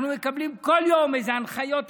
אנחנו מקבלים כל יום איזה הנחיות אחרות,